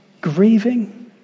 grieving